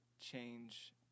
change